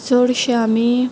चडशें आमी